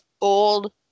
old